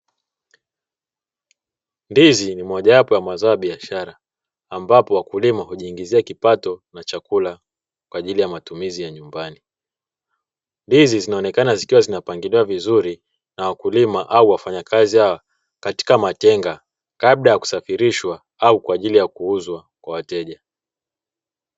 Ndizi ni moja wapo mazao ya biashara, ambapo wakulima hujingizia kipato na chakula kwaajili ya matumizi ya nyumbani. Ndizi zinaonekana zikiwa zinapangiliwa vizuri na wakulima au wafanyakazi hao katika matenga, kabla kusafirishwa au kwaajili kuuzwa kwa wateja.